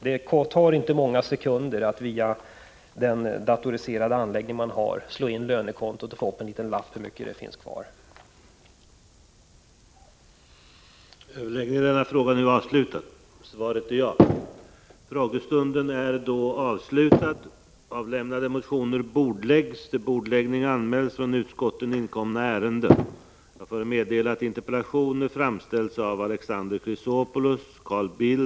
Det tar inte många sekunder att på den datoriserade anläggningen slå in lönekontots siffror och få besked om hur mycket pengar som finns kvar på kontot.